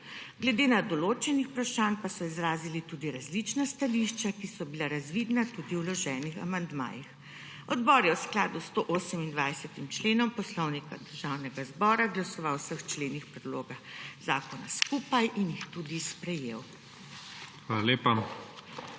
Glede določenih vprašanj pa so izrazili tudi različna stališča, ki so bila razvidna tudi v vloženih amandmajih. Odbor je v skladu s 128. členom Poslovnika Državnega zbora glasoval o vseh členih predloga zakona skupaj in jih tudi sprejel.